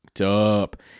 up